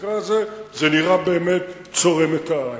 במקרה הזה זה נראה באמת צורם את העין.